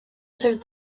serves